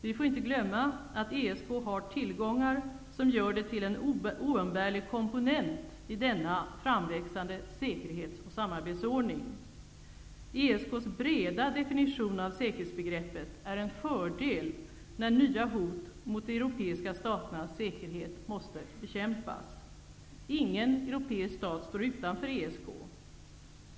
Vi får inte glömma att ESK har tillgångar som gör det till en oumbärlig komponent i denna framväxande säkerhets och samarbetsordning. ESK:s breda definition av säkerhetsbegreppet är en fördel när nya hot mot de europeiska staternas säkerhet måste bekämpas. Ingen europeisk stat står utanför ESK.